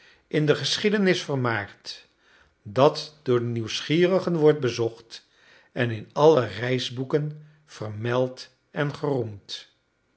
in de geschiedenis vermaard dat door de nieuwsgierigen wordt bezocht en in alle reisboeken vermeld en geroemd